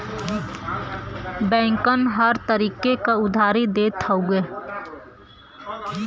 बैंकन हर तरीके क उधारी देत हउए